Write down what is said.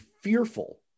fearful